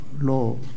law